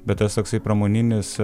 bet tas toksai pramoninis